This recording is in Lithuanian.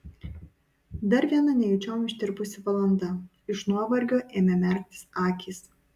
dar viena nejučiom ištirpusi valanda iš nuovargio ėmė merktis akys